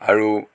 আৰু